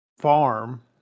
farm